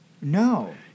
No